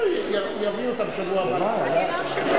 יביאו אותו בשבוע הבא לקריאה --- אתה